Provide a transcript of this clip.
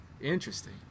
Interesting